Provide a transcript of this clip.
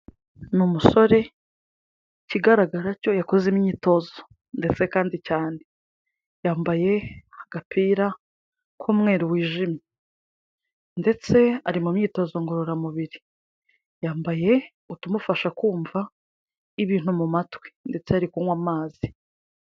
Ni umusore ikigaragara cyo yakoze imyitozo ndetse kandi cyane. Yambaye agapira k'umweru wijimye ndetse ari mu myitozo ngororamubiri, yambaye utumufasha kumva ibintu mu matwi ndetse ari kunywa amazi.